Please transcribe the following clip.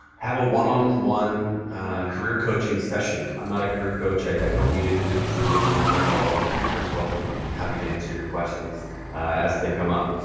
have a one-on-one career coaching session. i'm not a career coach. i don't meet individually with alumni, although i'm, of course, welcome and happy to answer your questions as they come up.